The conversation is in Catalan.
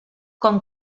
com